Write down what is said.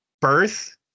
birth